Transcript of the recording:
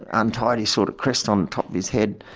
untidy sort of crest, on top of his head.